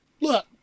Look